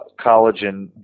collagen